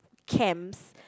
camps